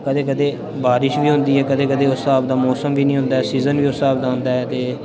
कदें कदें बारिश बी होंदी ऐ कदें कदें उस स्हाब दा मौसम बी निं होंदा ऐ सीजन निं उस स्हाब दा होन्दा ऐ ते